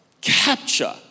capture